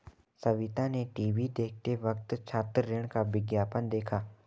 सविता ने टीवी देखते वक्त छात्र ऋण का विज्ञापन देखा